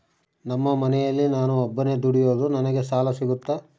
ನಮ್ಮ ಮನೆಯಲ್ಲಿ ನಾನು ಒಬ್ಬನೇ ದುಡಿಯೋದು ನನಗೆ ಸಾಲ ಸಿಗುತ್ತಾ?